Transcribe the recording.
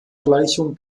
gleichung